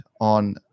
on